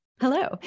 Hello